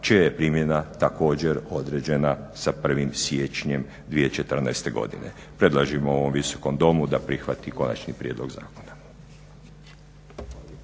čija je primjena također određena sa 1.siječnjem 2014.godine. Predlažemo ovom Visokom domu da prihvati konačni prijedlog zakona.